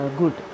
good